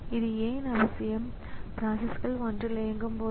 எனவே உங்களிடம் உள்ள பஸ்ஸில் பல ஸிபியுக்களை வைக்க முடியும்